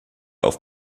auf